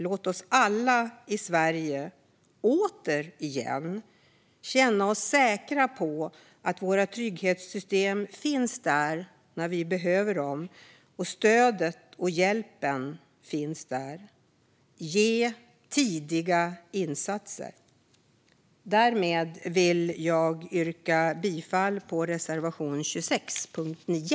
Låt oss alla i Sverige återigen få känna oss säkra på att våra trygghetssystem finns där när vi behöver dem och att stödet och hjälpen finns där. Ge tidiga insatser! Därmed vill jag yrka bifall till reservation 26 under punkt 9.